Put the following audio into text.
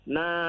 Now